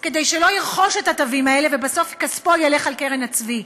כדי שלא ירכוש את התווים האלה ובסוף כספו יונח על קרן הצבי,